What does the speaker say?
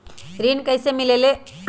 ऋण कईसे मिलल ले?